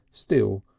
still,